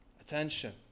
attention